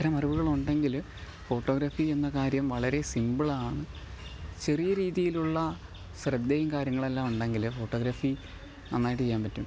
അത്തരം അറിവുകള് ഉണ്ടെങ്കിൽ ഫോട്ടോഗ്രഫി എന്ന കാര്യം വളരെ സിംപിൾ ആണ് ചെറിയ രീതിയിലുള്ള ശ്രദ്ധയും കാര്യങ്ങളെല്ലാം ഉണ്ടെങ്കിൽ ഫോട്ടോഗ്രഫി നന്നായിട്ടു ചെയ്യാന് പറ്റും